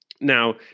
Now